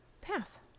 Pass